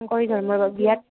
শংকৰী ধৰ্মৰ বিয়াত